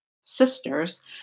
sisters